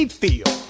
feel